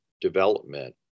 development